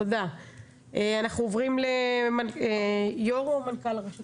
יושב-ראש או מנכ"ל הרשות